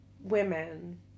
women